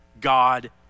God